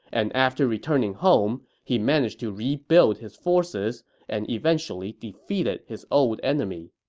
and after returning home, he managed to rebuild his forces and eventually defeated his old enemy.